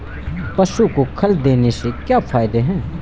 पशु को खल देने से क्या फायदे हैं?